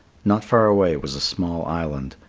not far away was a small island,